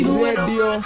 radio